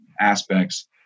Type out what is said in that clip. aspects